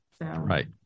Right